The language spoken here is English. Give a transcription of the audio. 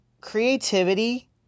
Creativity